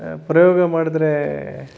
ಪ್ರಯೋಗ ಮಾಡಿದ್ರೆ